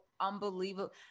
unbelievable